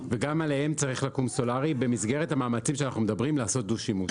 במסגרת המאמצים לעשות דו-שימוש.